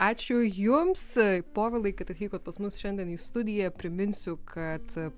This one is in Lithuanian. ačiū jums povilai kad atvykot pas mus šiandien į studiją priminsiu kad